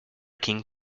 king